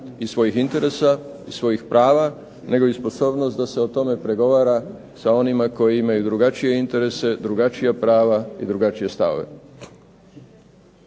i svojih interesa i svojih prava, nego i sposobnost da se o tome pregovara sa onima koji imaju drugačije interese, drugačija prava i drugačije stavove.